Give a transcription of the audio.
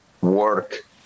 work